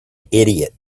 idiot